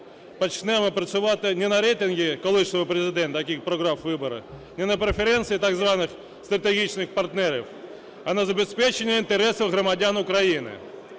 почнемо працювати не на рейтинги колишнього Президента, який програв вибори, не на преференції так званих стратегічних партнерів, а на забезпечення інтересів громадян України.